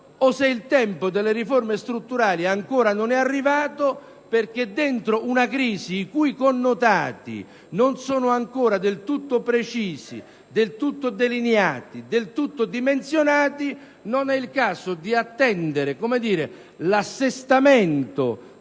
che il tempo delle riforme strutturali ancora non è arrivato perché, all'interno di una crisi i cui connotati non sono ancora del tutto precisi, delineati e dimensionati, è il caso di attendere l'assestamento